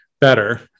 better